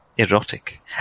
erotic